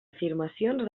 afirmacions